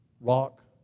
rock